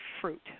fruit